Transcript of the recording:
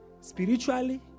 spiritually